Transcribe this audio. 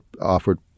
offered